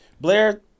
Blair